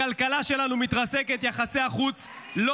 הכלכלה שלנו מתרסקת, יחסי החוץ לא